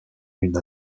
une